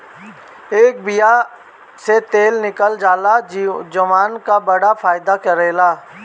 एकर बिया से तेल निकालल जाला जवन की बड़ा फायदा करेला